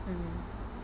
mm